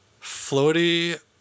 floaty